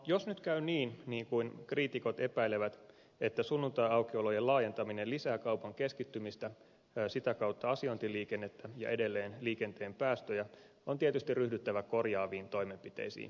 jos nyt käy niin niin kuin kriitikot epäilevät että sunnuntaiaukiolojen laajentaminen lisää kaupan keskittymistä sitä kautta asiointiliikennettä ja edelleen liikenteen päästöjä on tietysti ryhdyttävä korjaaviin toimenpiteisiin